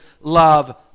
love